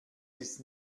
ist